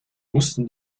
mussten